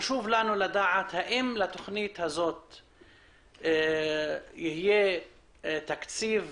חשוב לנו לדעת האם לתכנית הזו יהיה תקציב